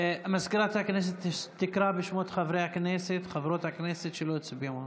בעד מזכירת הכנסת תקרא בשמות חברי וחברות הכנסת שלא הצביעו.